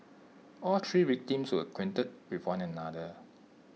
all three victims were acquainted with one another